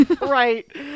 right